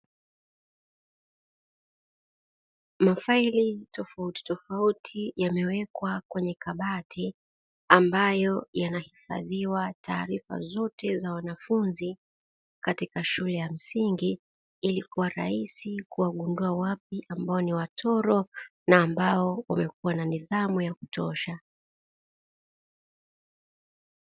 Mafaili tofauti tofauti yamewekwa kwenye kabati ambayo yanahifadhiwa taarifa zote za wanafunzi katika shule ya msingi ilikuwa rahisi kuwagundua wapi ambao ni watoro na ambao wamekuwa na nidhamu ya kutosha